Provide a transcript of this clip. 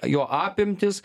jo apimtys